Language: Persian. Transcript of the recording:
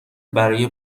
برای